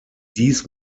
dies